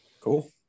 Cool